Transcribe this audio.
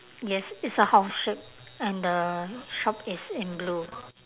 yes it's a house shape and the shop is in blue